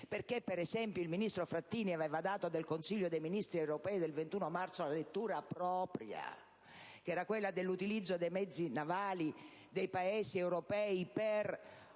perché, per esempio, egli aveva dato del Consiglio dei ministri europeo del 21 marzo una lettura propria, che era quella dell'utilizzo dei mezzi navali dei Paesi europei per